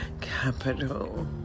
capital